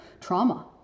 trauma